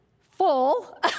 full